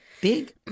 big